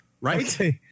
right